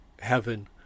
heaven